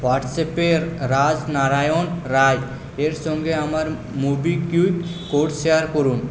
হোয়াটসঅ্যাপে রাজনারায়ণ রায় এর সঙ্গে আমার মোবিকউইক কোড শেয়ার করুন